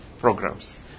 programs